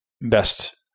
best